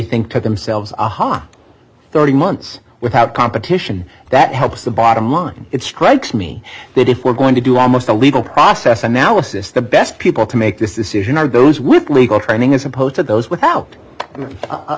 think to themselves aha thirty months without competition that helps the bottom line it strikes me that if we're going to do almost a legal process analysis the best people to make this is not those with legal training as opposed to those without